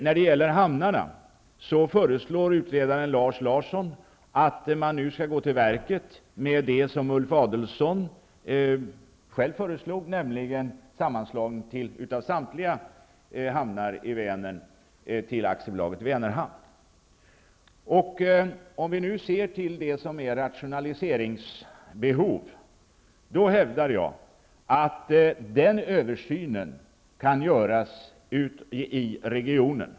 När det gäller hamnarna föreslår utredaren Lars Larsson att man nu skall gå till verket med det som Ulf Adelsohn själv föreslog, nämligen en sammanslagning av samtliga hamnar i Vänern till Om vi nu ser till rationaliseringsbehoven, hävdar jag att översynen bör göras i regionen.